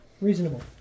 Reasonable